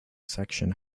section